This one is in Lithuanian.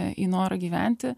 į norą gyventi